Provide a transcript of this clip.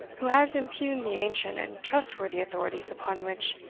who has impugned the ancient and trustworthy authorities upon which,